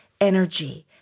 energy